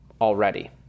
already